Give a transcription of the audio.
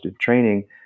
training